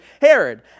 Herod